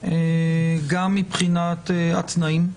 גם מבחינת התנאים.